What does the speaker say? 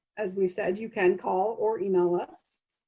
as we've said, you can call or email us.